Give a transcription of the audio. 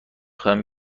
خواهم